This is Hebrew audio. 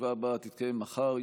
הישיבה הבאה תתקיים מחר,